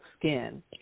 skin